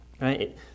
Right